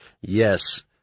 Yes